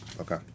Okay